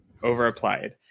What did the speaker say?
overapplied